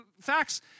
Facts